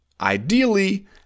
ideally